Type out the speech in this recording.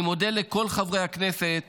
אני מודה לכל חברי הכנסת